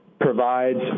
provides